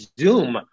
Zoom